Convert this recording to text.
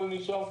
כל נישום,